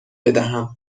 بدهم